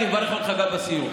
הייתי מברך אותך גם בסיום.